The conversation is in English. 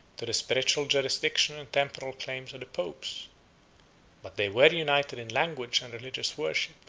to the spiritual jurisdiction and temporal claims of the popes but they were united in language and religious worship,